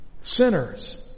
Sinners